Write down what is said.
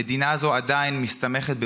המדינה הזו עדיין מסתמכת ברובה,